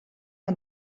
una